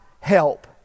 help